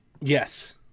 yes